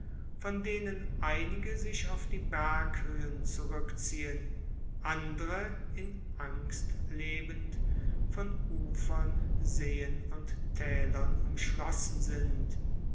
von denen einige sich auf die berghöhen zurückziehen andre in angst lebend von ufern seen und thälern umschlossen sind